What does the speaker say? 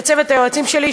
לצוות היועצים שלי,